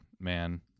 man